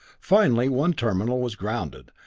finally one terminal was grounded,